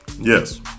yes